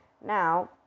now